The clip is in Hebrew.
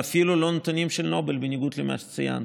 ואפילו לא נתונים של נובל, בניגוד למה שציינת.